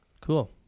Cool